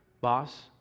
boss